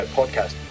podcast